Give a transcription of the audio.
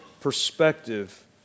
perspective